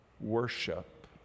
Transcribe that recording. worship